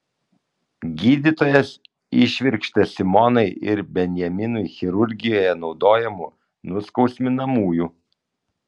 gydytojas įšvirkštė simonai ir benjaminui chirurgijoje naudojamų nuskausminamųjų